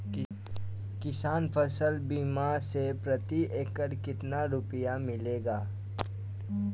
किसान फसल बीमा से प्रति एकड़ कितना रुपया मिलेगा?